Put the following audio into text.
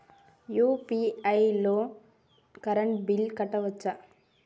UPI తోని current bill కట్టుకోవచ్ఛా?